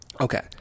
Okay